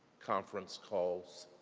conference calls,